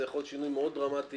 זה יכול להיות שינוי מאוד דרמטי